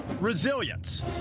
resilience